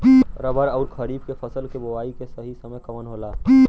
रबी अउर खरीफ के फसल के बोआई के सही समय कवन होला?